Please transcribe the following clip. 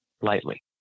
lightly